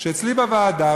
שאצלי בוועדה,